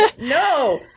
no